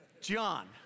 John